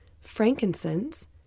frankincense